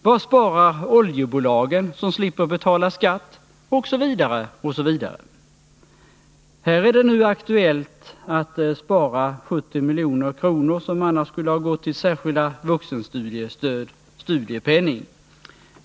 Vad sparar oljebolagen, som slipper betala skatt, osv.? Här är det nu aktuellt att spara 70 milj.kr., som annars skulle ha gått till särskilda vuxenstudiestöd, studiepenning.